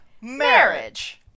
Marriage